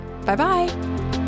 Bye-bye